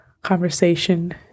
conversation